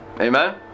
Amen